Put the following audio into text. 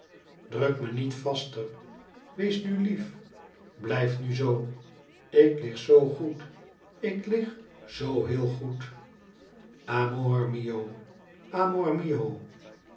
druk me niet vaster wees nu lief blijf nu zoo ik lig zoo goed ik lig zoo heel goed amor mio amor mio